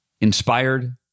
inspired